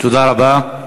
תודה רבה.